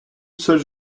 seule